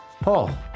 Paul